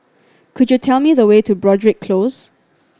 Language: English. could you tell me the way to Broadrick Close